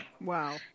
Wow